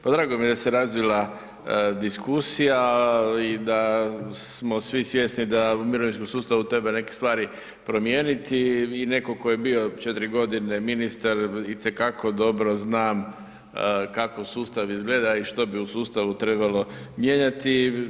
Pa drago mi je da se razvila diskusija i da smo svi svjesni da u mirovinskom sustavu treba neke stvari promijeniti i neko ko je bio 4 godine ministar itekako dobro zna kako sustav izgleda i što bi u sustavu trebalo mijenjati.